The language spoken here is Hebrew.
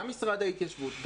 גם משרד ההתיישבות,